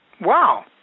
wow